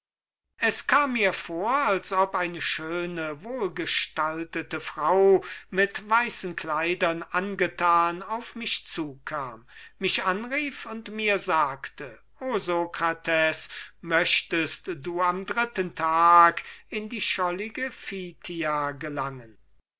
es kam mir vor als ob eine schöne wohlgestaltete frau mit weißen kleidern angetan auf mich zukam mich anrief und mir sagte o sokrates möchtst du am dritten tag in die schollige phthia gelangen